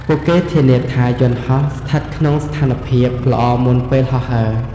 ពួកគេធានាថាយន្តហោះស្ថិតក្នុងស្ថានភាពល្អមុនពេលហោះហើរ។